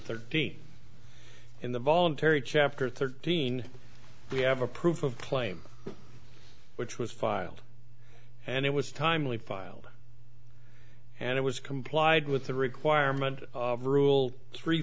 thirteen in the voluntary chapter thirteen we have a proof of claim which was filed and it was timely filed and it was complied with the requirement of rule three